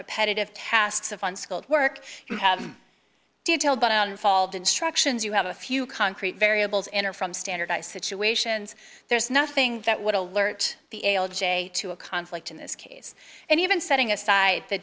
repetitive tasks of unskilled work you have detailed but out involved instructions you have a few concrete variables in or from standardised situations there's nothing that would alert the a l j to a conflict in this case and even setting aside the